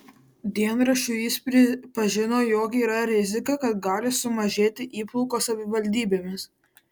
dienraščiui jis pripažino jog yra rizika kad gali sumažėti įplaukos savivaldybėms